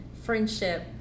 friendship